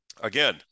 Again